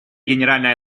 генеральной